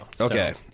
Okay